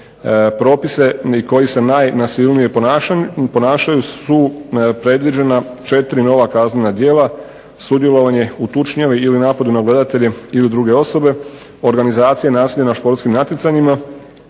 propise i koji se najnasilnije ponašaju su predviđena četiri nova kaznena djela: sudjelovanje u tučnjavi ili napadu na gledatelje ili druge osobe, organizacija nasilja na športskim natjecanjima,